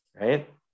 Right